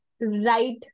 right